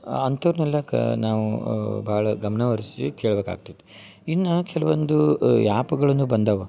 ಅಂಥವರ್ನೆಲ್ಲ ಕ ನಾವು ಭಾಳ ಗಮನವರಿಸಿ ಕೇಳ್ಬೇಕಾಗ್ತೈತಿ ಇನ್ನ ಕೆಲವೊಂದು ಆ್ಯಪ್ಗಳನ್ನು ಬಂದಾವ